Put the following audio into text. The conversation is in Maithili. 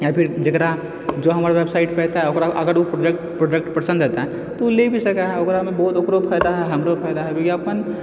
या फिर जकरा जो हमर वेबसाइटपर एतै अगर ओकरा ओ प्रोडक्ट पसन्द एतै ओ लऽ भी सकै हइ ओकरामे बहुत ओकरो फायदा हइ हमरो फायदा हइ विज्ञापन